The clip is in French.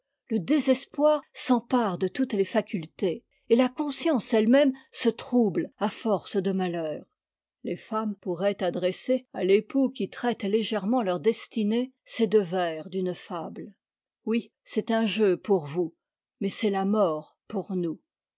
le désespoir s'empare de toutes les facultés et la conscience etfe mëme se trouble à force de malheur les femmes pourraient adresser à l'époux qui traite légèrement leur destinée ces deux vers d'une fable oui c'est un jeu pour vous mais c'est la mort pour nous